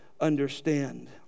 understand